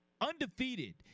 undefeated